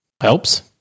Helps